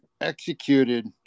executed